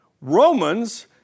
Romans